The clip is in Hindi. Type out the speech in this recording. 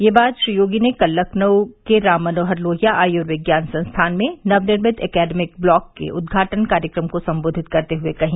यह बात श्री योगी ने कल लखनऊ के राम मनोहर लोहिया आयुर्विज्ञान संस्थान में नवनिर्मित एकेडमिक ब्लॉक के उद्घाटन कार्यक्रम को संबोधित करते हए कही